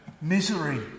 misery